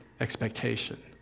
expectation